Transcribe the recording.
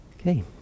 Okay